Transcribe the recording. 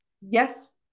Yes